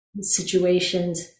situations